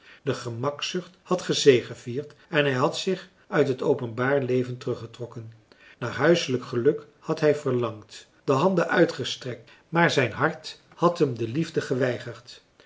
de gemakzucht had gezegevierd en hij had zich uit het openbaar leven teruggetrokken naar huiselijk geluk had hij verlangend de handen uitgestrekt maar zijn hart had hem de liefde geweigerd